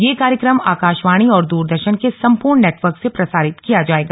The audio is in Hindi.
यह कार्यक्रम आकाशवाणी और द्रदर्शन के संपूर्ण नेटवर्क से प्रसारित किया जायेगा